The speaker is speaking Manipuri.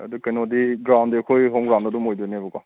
ꯑꯥ ꯑꯗꯨ ꯀꯩꯅꯣꯗꯤ ꯒ꯭ꯔꯥꯎꯟꯗꯤ ꯑꯩꯈꯣꯏ ꯍꯣꯝ ꯒ꯭ꯔꯥꯎꯟꯗ ꯑꯗꯨꯝ ꯑꯣꯏꯗꯣꯏꯅꯦꯕꯀꯣ